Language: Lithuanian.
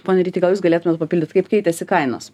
pone ryti gal jūs galėtumėt papildyt kaip keitėsi kainos